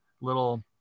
little